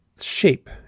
shape